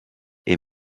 est